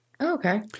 Okay